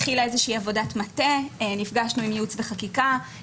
התחילה איזושהי עבודת מטה: נפגשנו עם ייעוץ וחקיקה;